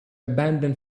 abandon